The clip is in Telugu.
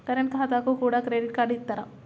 కరెంట్ ఖాతాకు కూడా క్రెడిట్ కార్డు ఇత్తరా?